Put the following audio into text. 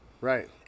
Right